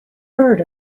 heard